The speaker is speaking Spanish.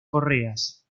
correas